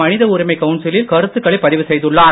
மனித உரிமை கவுன்சிலில் கருத்துகளை பதிவு செய்துள்ளார்